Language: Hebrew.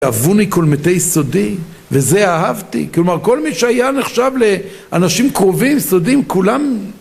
אהבוני כל מתי סודי, וזה אהבתי. כלומר, כל מי שהיה נחשב לאנשים קרובים, סודיים, כולם...